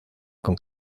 con